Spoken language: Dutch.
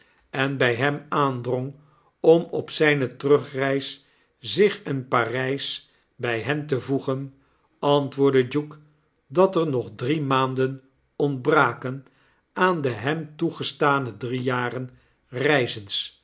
en bj hem aandrong om op zpe terugreis zich in p a r ij s bjj hen te voegen antwoordde duke dat er nog drie maauden ontbraken aan de hem toegestane drie jar en reizens